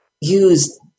use